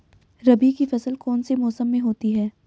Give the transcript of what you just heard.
रबी की फसल कौन से मौसम में होती है?